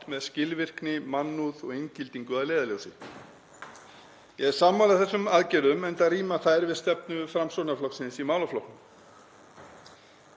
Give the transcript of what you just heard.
með skilvirkni, mannúð og inngildingu að leiðarljósi. Ég er sammála þessum aðgerðum enda ríma þær við stefnu Framsóknarflokksins í málaflokknum.